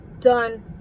Done